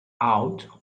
out